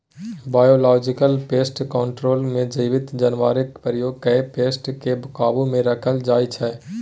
biological pest control मे जीबित जानबरकेँ प्रयोग कए पेस्ट केँ काबु मे राखल जाइ छै